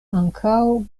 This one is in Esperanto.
ankaŭ